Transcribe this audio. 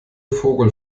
vogel